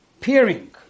peering